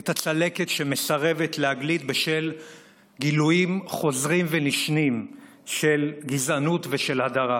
את הצלקת שמסרבת להגליד בשל גילויים חוזרים ונשנים של גזענות ושל הדרה,